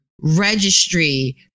registry